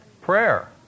Prayer